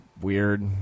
weird